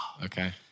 Okay